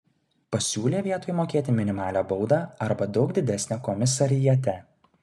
pasiūlė vietoj mokėti minimalią baudą arba daug didesnę komisariate